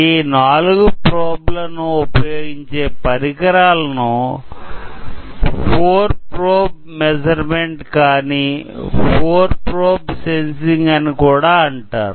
ఈ నాలుగు ప్రోబ్లను ఉపయోగించే పరికరాలను ఫోర్ ప్రోబ్ మెస్సుర్మెంట్ కానీ ఫోర్ ప్రోబ్ సెన్సింగ్ అని కూడా అంటారు